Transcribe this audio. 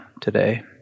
today